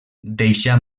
deixà